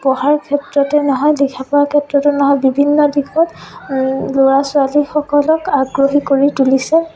পঢ়াৰ ক্ষেত্ৰতে নহয় লিখা পঢ়াৰ ক্ষেত্ৰতে নহয় বিভিন্ন দিশত ল'ৰা ছোৱালীসকলক আগ্ৰহী কৰি তুলিছে